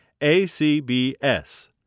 ACBS